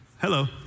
Hello